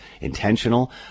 intentional